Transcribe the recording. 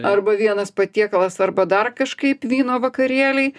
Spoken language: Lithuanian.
arba vienas patiekalas arba dar kažkaip vyno vakarėliai